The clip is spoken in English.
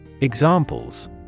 Examples